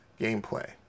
Gameplay